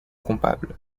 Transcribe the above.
coupable